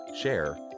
share